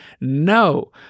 No